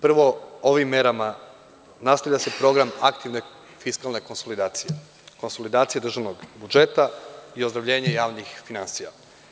Prvo, ovim merama nastavlja se program aktivne fiskalne konsolidacije, konsolidacije državnog budžeta i ozdravljenje javnih finansija.